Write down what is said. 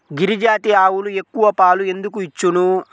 గిరిజాతి ఆవులు ఎక్కువ పాలు ఎందుకు ఇచ్చును?